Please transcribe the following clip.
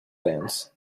bands